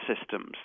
systems